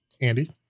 Andy